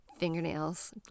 fingernails